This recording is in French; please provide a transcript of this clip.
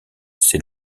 c’est